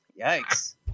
Yikes